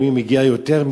למי מגיע יותר,